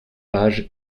page